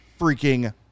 freaking